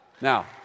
Now